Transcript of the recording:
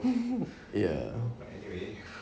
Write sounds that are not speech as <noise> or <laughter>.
<laughs> ya